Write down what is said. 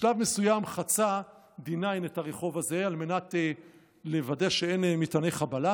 בשלב מסוים חצה D9 את הרחוב הזה על מנת לוודא שאין מטעני חבלה,